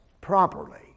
properly